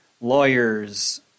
lawyers